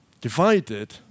Divided